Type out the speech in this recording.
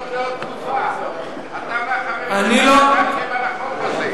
שלך חתמתם על החוק הזה.